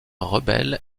rebelle